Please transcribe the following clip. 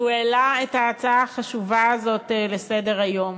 שהעלה את ההצעה החשובה הזאת לסדר-היום.